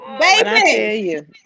Baby